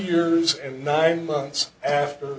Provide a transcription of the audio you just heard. years and nine months after